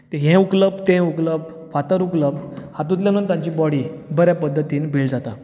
तें हें उकलप तें उकलप फातर उकलप हातुंतल्यानूच तांची बोडी बऱ्या पद्दतीन बिल्ड जाता